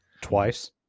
twice